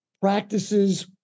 practices